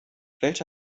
welche